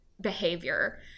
behavior